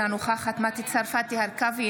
אינה נוכחת מטי צרפתי הרכבי,